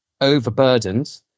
overburdened